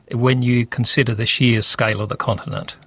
when you consider the sheer scale of the continent.